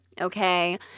okay